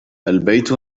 البيت